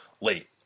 late